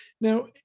Now